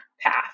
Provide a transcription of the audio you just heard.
path